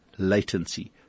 Latency